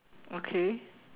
okay